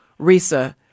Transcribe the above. Risa